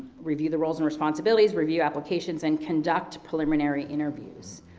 review the roles and responsibilities, review applications, and conduct preliminary interviews.